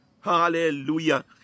hallelujah